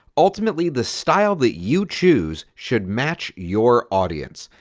ultimately the style that you choose should match your audience.